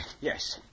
yes